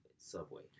subway